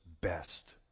best